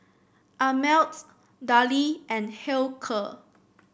Ameltz Darlie and Hilker